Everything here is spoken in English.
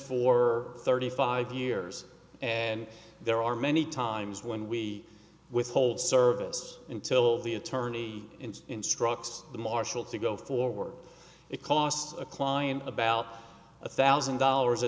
for thirty five years and there are many times when we withhold service until the attorney instructs the marshal to go forward it costs a client about a thousand dollars a